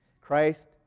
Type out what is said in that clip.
Christ